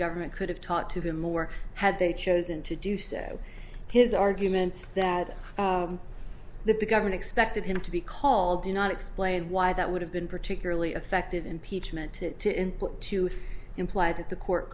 government could have taught to him or had they chosen to do so his arguments that the government expected him to be called do not explain why that would have been particularly effective impeachment to input to imply that the court